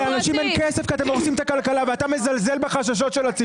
לאנשים אין כסף כי אתם הורסים את הכלכלה ואתה מזלזל בחששות של הציבור?